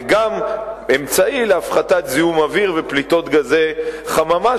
זה גם אמצעי להפחתת זיהום אוויר ופליטות גזי חממה,